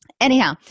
Anyhow